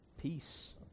peace